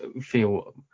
feel